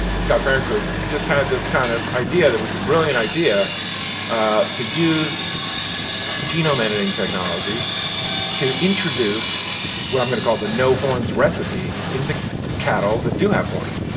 scott fahrenkrug just had this kind of idea that was a brilliant idea ah to use genome editing technology to introduce what i'm going to call the no horns recipe into cattle that do have horns.